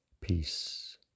peace